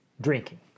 drinking